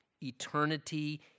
eternity